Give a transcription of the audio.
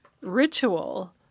ritual